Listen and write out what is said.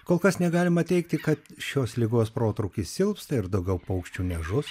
kol kas negalima teigti kad šios ligos protrūkis silpsta ir daugiau paukščių nežus